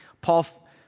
Paul